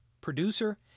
producer